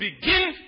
begin